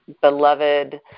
beloved